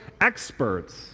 experts